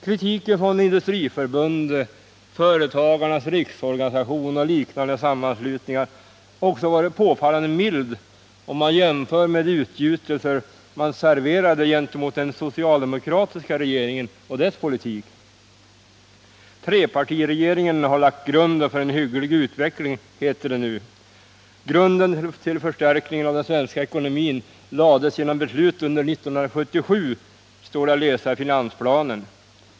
Kritiken från Industriförbundet, Företagarnas riksorganisation och liknande sammanslutningar har också varit påfallande mild, om man jämför med deras utgjutelser om den socialdemokratiska regeringen och dess politik. Trepartiregeringen har lagt grunden för en hygglig utveckling, heter det nu. Grunden till förstärkningen av den svenska ekonomin lades genom beslut under 1977, står det att läsa i finansplanen.